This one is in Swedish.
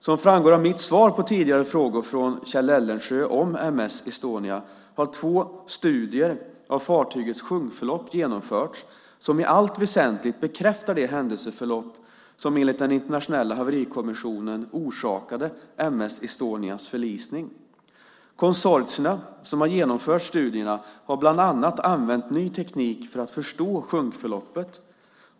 Som framgår av mitt svar på tidigare frågor från Kjell Eldensjö om M S Estonias förlisning. Konsortierna som har genomfört studierna har bland annat använt ny teknik för att förstå sjunkförloppet.